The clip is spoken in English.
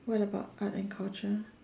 what about art and culture